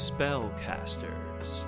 Spellcasters